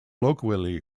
colloquially